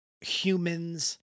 humans